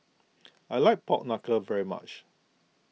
I like Pork Knuckle very much